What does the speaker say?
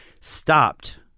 stopped